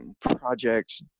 Projects